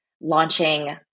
launching